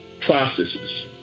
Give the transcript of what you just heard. processes